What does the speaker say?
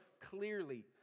clearly